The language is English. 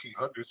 1800s